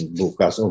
bukas